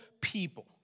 people